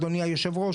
אדוני היושב-ראש,